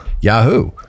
yahoo